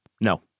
No